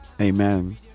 Amen